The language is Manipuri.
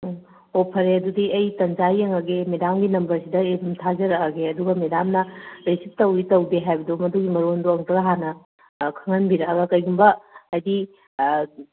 ꯎꯝ ꯑꯣ ꯐꯔꯦ ꯑꯗꯨꯗꯤ ꯑꯩ ꯇꯟꯖꯥ ꯌꯦꯡꯉꯒꯦ ꯃꯦꯗꯥꯝꯒꯤ ꯅꯝꯕꯔꯁꯤꯗ ꯑꯩ ꯑꯗꯨꯝ ꯊꯥꯖꯔꯛꯑꯒꯦ ꯑꯗꯨꯒ ꯃꯦꯗꯥꯝꯅ ꯔꯤꯁꯤꯞ ꯇꯧꯋꯤ ꯇꯧꯗꯦ ꯍꯥꯏꯕꯗꯣ ꯃꯗꯨꯒꯤ ꯃꯔꯣꯟꯗꯣ ꯑꯃꯨꯛꯇ ꯍꯥꯟꯅ ꯈꯪꯍꯟꯕꯤꯔꯛꯑꯒ ꯀꯩꯒꯨꯝꯕ ꯍꯥꯏꯗꯤ